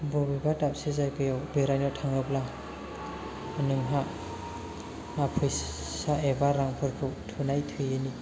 बबेबा दाबसे जायगायाव बेरायनो थाङोब्ला नोंहा फैसा एबा रांफोरखौ थोनाय थोयैनि